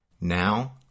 Now